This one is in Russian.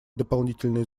дополнительные